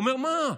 הוא אמר: מה,